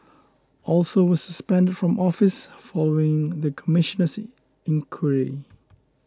also were suspended from office following the Commissioner's inquiry